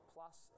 Plus